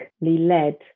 led